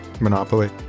monopoly